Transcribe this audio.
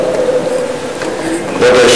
בבקשה.